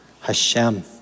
Hashem